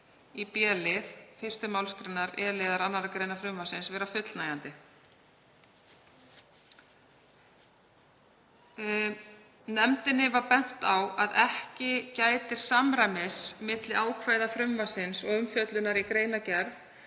í b-lið 1. mgr. e-liðar 2. gr. frumvarpsins vera fullnægjandi. Nefndinni var bent á að ekki gætir samræmis milli ákvæða frumvarpsins og umfjöllunar í greinargerð